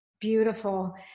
Beautiful